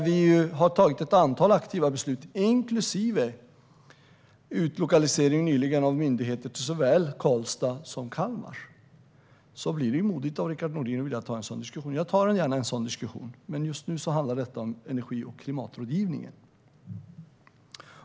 Vi har tagit ett antal aktiva beslut inklusive ett beslut nyligen om utlokalisering av myndigheter till såväl Karlstad som Kalmar. Då är det modigt av Rickard Nordin att ta en sådan diskussion. Jag tar gärna en sådan diskussion, men just nu handlar det om energi och klimatrådgivningen.